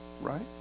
right